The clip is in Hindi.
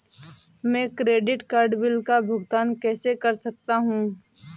मैं क्रेडिट कार्ड बिल का भुगतान कैसे कर सकता हूं?